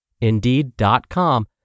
Indeed.com